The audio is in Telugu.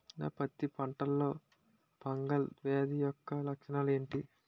నా పత్తి పంటలో ఫంగల్ వ్యాధి యెక్క లక్షణాలు ఏంటి?